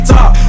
Top